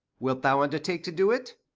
wilt thou undertake to do it?